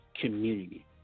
community